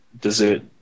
dessert